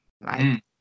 right